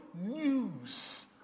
news